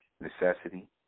necessity